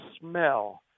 smell